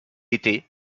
était